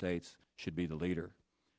states should be the leader